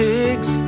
Pigs